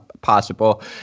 possible